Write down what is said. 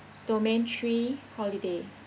domain three holiday